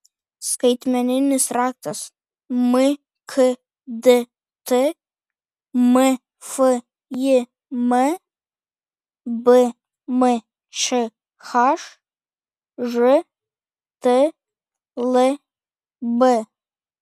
skaitmeninis raktas mkdt mfjm bmčh žtlb